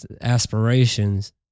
aspirations